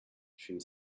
she